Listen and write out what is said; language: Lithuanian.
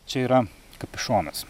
čia yra kapišonas